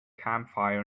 campfire